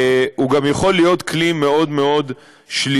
הוא גם יכול להיות כלי מאוד מאוד שלילי.